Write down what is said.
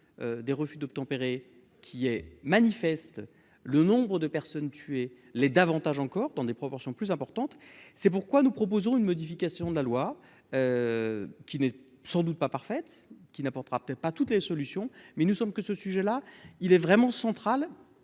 des refus d'obtempérer, qui est manifeste, le nombre de personnes tuées les davantage encore dans des proportions plus importantes, c'est pourquoi nous proposons une modification de la loi qui n'est sans doute pas parfaite qui n'apportera pas toutes les solutions, mais nous sommes que ce sujet-là, il est vraiment central